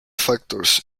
factors